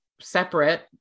separate